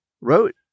wrote